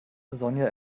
sonja